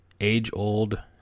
age-old